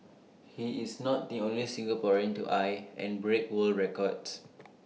he is not the only Singaporean to eye and break world records